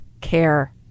care